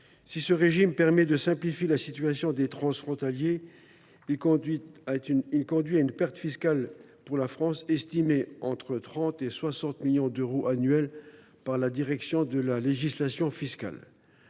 Si ce régime permet de simplifier la situation des transfrontaliers, il conduit à une perte fiscale pour la France, estimée entre 30 millions d’euros et 60 millions d’euros annuels par la direction de la législation fiscale.